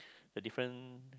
a different